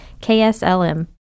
KSLM